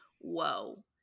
whoa